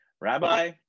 Rabbi